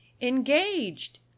Engaged